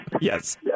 Yes